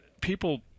people